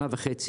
שנה וחצי,